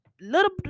little